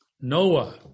Noah